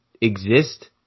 exist